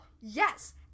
yes